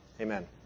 Amen